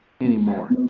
anymore